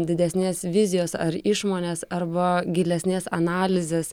didesnės vizijos ar išmonės arba gilesnės analizės